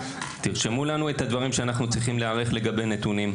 תרשמו לנו את הדברים שאנחנו צריכים להיערך לגבי נתונים,